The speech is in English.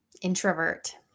introvert